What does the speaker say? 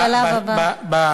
בשלב הבא.